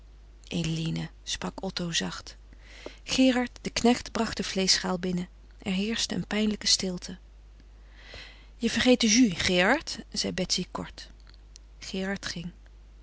eline sprak otto zacht gerard de knecht bracht de vleeschschaal binnen er heerschte een pijnlijke stilte je vergeet de jus gerard zeide betsy kort gerard ging